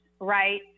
right